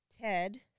Ted